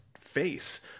face